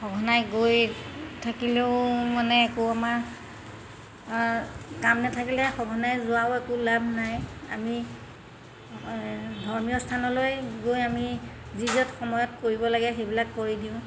সঘনাই গৈ থাকিলেও মানে একো আমাৰ কাম নাথাকিলে সঘনাই যোৱাও একো লাভ নাই আমি ধৰ্মীয় স্থানলৈ গৈ আমি যি য'ত সময়ত কৰিব লাগে সেইবিলাক কৰি দিওঁ